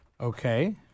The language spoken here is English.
Okay